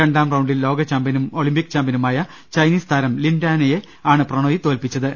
രണ്ടാം റൌണ്ടിൽ ലോക ചാമ്പൃനും ഒളിമ്പിക് ചാംപ്യനുമായ ചൈനീസ് താരം ലിൻ ഡാനെയെ ആണ് പ്രണോയി തോൽപിച്ചത്